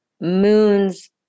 moon's